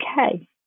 okay